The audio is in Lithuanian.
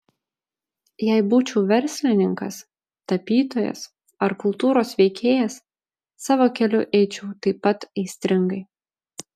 jei būčiau verslininkas tapytojas ar kultūros veikėjas savo keliu eičiau taip pat aistringai